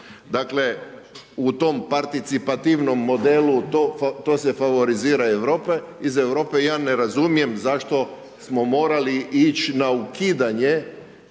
Dakle, u tom participativnom modelu to se favorizira iz Europe i ja ne razumijem zašto smo morali ići na ukidanje